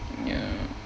ya